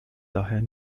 daher